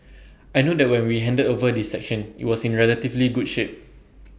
I know that when we handed over this section IT was in relatively good shape